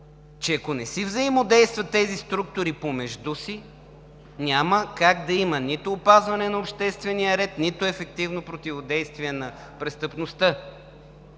структури не взаимодействат помежду си, няма как да има нито опазване на обществения ред, нито ефективно противодействие на престъпността.